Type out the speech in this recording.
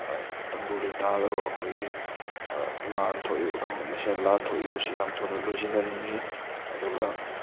ꯇꯪꯗꯨ ꯂꯩꯇꯗꯕ ꯑꯩꯈꯣꯏꯒꯤ ꯂꯥꯟ ꯊꯣꯛꯏꯕ ꯀꯥꯡꯂꯨꯞ ꯃꯁꯦꯟ ꯂꯥꯟ ꯊꯣꯛꯏꯕꯁꯤ ꯌꯥꯝ ꯊꯨꯅ ꯂꯣꯏꯁꯤꯟꯍꯟꯅꯤꯡꯉꯤ ꯑꯗꯨꯒ